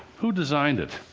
who designed it?